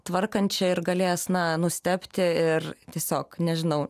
tvarkančią ir galės na nustebti ir tiesiog nežinau